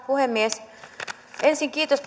puhemies ensin kiitos